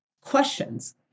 questions